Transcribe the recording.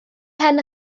pen